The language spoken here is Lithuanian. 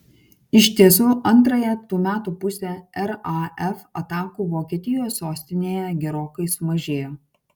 iš tiesų antrąją tų metų pusę raf atakų vokietijos sostinėje gerokai sumažėjo